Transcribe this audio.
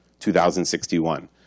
2061